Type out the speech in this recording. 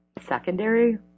secondary